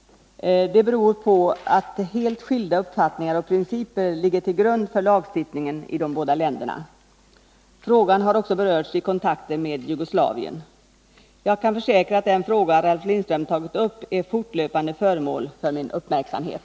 Det beror på att helt skilda uppfattningar och principer ligger till grund för lagstiftningen i de båda länderna. Frågan har även berörts i kontakter med Jugoslavien. Jag kan försäkra att den fråga Ralf Lindström tagit upp fortlöpande är föremål för min uppmärksamhet.